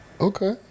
okay